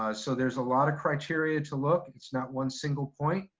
ah so there's a lot of criteria to look, it's not one single point,